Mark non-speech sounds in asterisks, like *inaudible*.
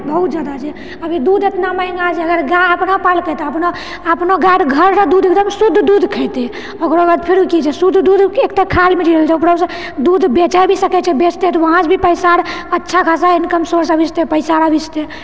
बहुत जादा जे अभी दूध एतना महँगा छै अगर गाय अपना पाललकै तऽ अपनो गाय घर दूध एकदम शुद्ध दूध खेतै ओकरबाद फेरु की छै शुद्ध दूध एक तऽ खाए *unintelligible* ऊपरोसँ दूध बेचै भी सकैत छै बेचतै तऽ वहाँ से भी पैसा अच्छा खासा इनकम सोर्स आबि जेतै पैसा आर आबि जेतै